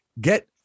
get